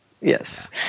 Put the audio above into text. Yes